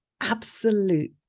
absolute